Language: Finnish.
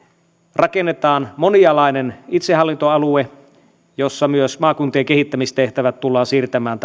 rakennetaan monialainen itsehallintoalue ja jossa myös maakuntien kehittämistehtävät tullaan siirtämään